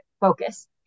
focus